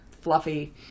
Fluffy